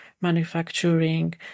manufacturing